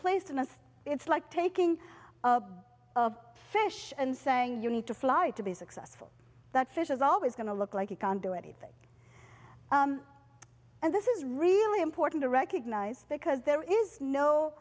placed in and it's like taking of fish and saying you need to fly to be successful that fish is always going to look like you can do anything and this is really important to recognize because there is no